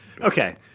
Okay